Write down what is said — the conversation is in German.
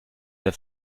mehr